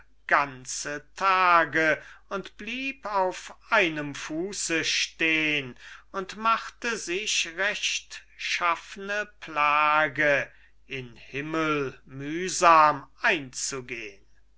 ganze tage und blieb auf einem fuße stehn und machte sich rechtschaffne plage in himmel mühsam einzugehn